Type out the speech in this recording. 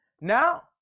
Now